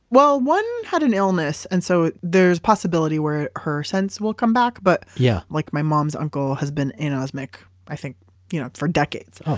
well, one had an illness, and so there's possibility where her sense will come back. but yeah like my mom's uncle has been anosmic i think you know for decades.